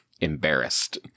embarrassed